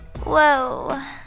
Whoa